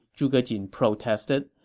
zhuge jin protested.